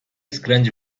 skręć